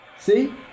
See